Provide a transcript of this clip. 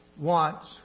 wants